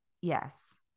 yes